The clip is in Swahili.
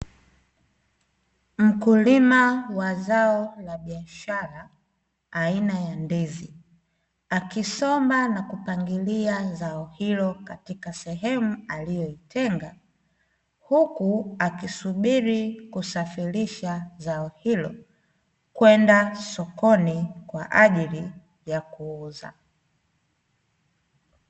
Mkulima wa zao la biashara aina ya ndizi, akisomba na kupangilia zao hilo katika sehemu aliyoitenga, huku akisubiri kusafirisha zao hilo, kwenda sokoni kwa ajili ya kuuza.